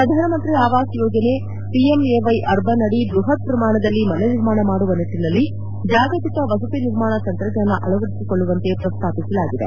ಪ್ರಧಾನಮಂತ್ರಿ ಆವಾಸ್ ಯೋಜನೆ PMAY urban ಅಡಿ ಬೃಹತ್ ಪ್ರಮಾಣದಲ್ಲಿ ಮನೆ ನಿರ್ಮಾಣ ಮಾಡುವ ನಿಟ್ಟಿನಲ್ಲಿ ಜಾಗತಿಕ ವಸತಿ ನಿರ್ಮಾಣ ತಂತ್ರಜ್ಞಾನ ಅಳವಡಿಸಿಕೊಳ್ಳುವಂತೆ ಪ್ರಸ್ತಾಪಿಸಲಾಗಿದೆ